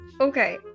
Okay